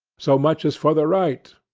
so much as for the right.